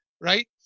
right